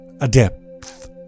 adept